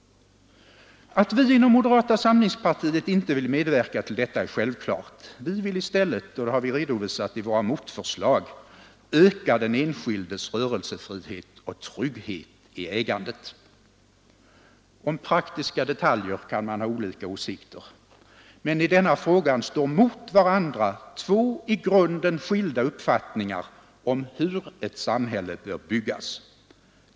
Att vi inom moderata samlingspartiet inte vill medverka till detta är självklart. Vi vill i stället, och det har vi redovisat i våra motförslag, öka den enskildes rörelsefrihet och trygghet i ägandet. Om praktiska detaljer kan man ha olika åsikter, men i denna fråga står mot varandra två i grunden skilda uppfattningar om hur ett samhälle bör byggas.